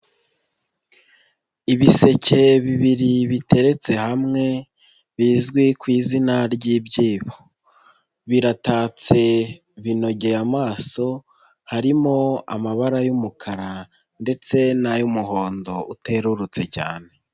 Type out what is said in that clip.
Ibiseke bibiri biteretse hamwe, bizwi ku izina ry'ibyibo, biratatse binogeye amaso harimo amabara y'umukara ndetse n'ay'umuhondo uterurutse cyane.